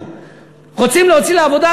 רוצים להוציא לעבודה?